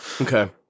Okay